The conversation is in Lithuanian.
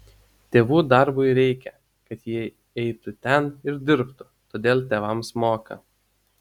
tėvų darbui reikia kad jie eitų ten ir dirbtų todėl tėvams moka